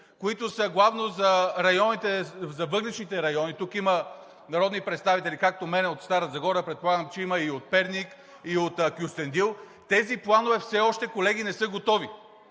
които са главно за въглищните райони, тук има народни представители, както аз от Стара Загора, предполагам, че има и от Перник, и от Кюстендил, тези планове все още, колеги, не са готови.